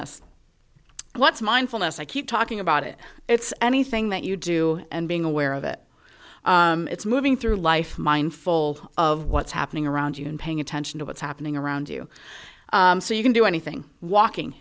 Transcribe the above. mindfulness what's mindfulness i keep talking about it it's anything that you do and being aware of it it's moving through life mindful of what's happening around you and paying attention to what's happening around you so you can do anything walking